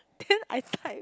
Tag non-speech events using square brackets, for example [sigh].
[laughs] then I find